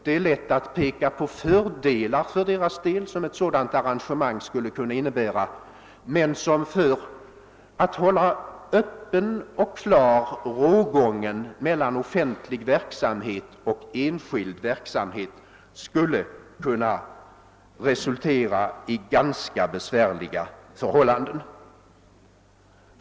Det är lätt att peka på de fördelar för deras del som ett sådant arrangemang skulle kunna innebära men som då det gäller att hålla rågången öppen och klar mellan offentlig och enskild verksamhet skulle kunna resultera i ganska besvärliga förhållanden.